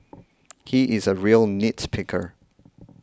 he is a real nits picker